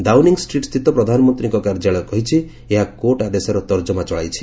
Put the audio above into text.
Downing Street ସ୍ଥିତ ପ୍ରଧାନମନ୍ତ୍ରୀଙ୍କ କାର୍ଯ୍ୟାଳୟ କହିଛି ଏହା କୋର୍ଟ୍ ଆଦେଶର ତର୍କମା ଚଳାଇଛି